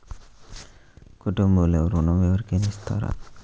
కుటుంబంలో ఋణం ఎవరికైనా ఇస్తారా?